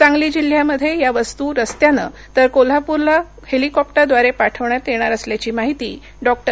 सांगली जिल्ह्यामध्ये या वस्तू रस्त्यानं तर कोल्हापूर ला हेलिकॉप्टर द्वारे पाठवण्यात येणार असल्याची माहिती विभागीय आयुक्त डॉ